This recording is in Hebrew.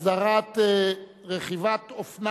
מרידור, ארבעה נגד, אין